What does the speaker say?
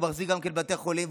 שמחזיק גם בתי חולים,